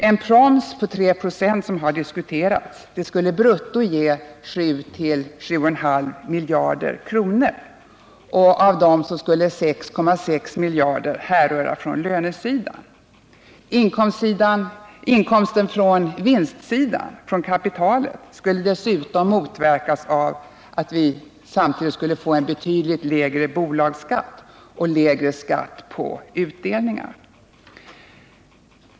En proms på 3 96, som har diskuterats, skulle brutto ge 7-7,5 miljarder kronor, varav 6,6 miljarder skulle härröra från lönesidan. Inkomsten från vinstsidan — från kapitalet — skulle dessutom motverkas av att vi samtidigt skulle få en betydligt lägre bolagsskatt och lägre beskattning på utdelningar.